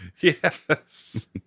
Yes